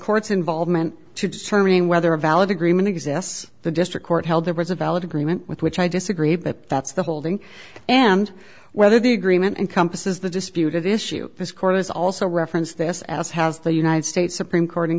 court's involvement to determine whether a valid agreement exists the district court held there was a valid agreement with which i disagree but that's the whole thing and whether the agreement encompasses the disputed issue this court has also referenced this as has the united states supreme court